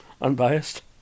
Unbiased